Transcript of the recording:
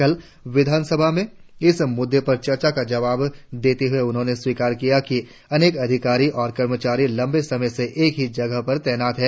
कल विधानसभा में इस मुद्दे पर चर्चा का जवाब देते हुए उन्होंने स्वीकार किया कि अनेक अधिकारी और कर्मचारी लंबे समय से एक ही जगह पर तैनात हैं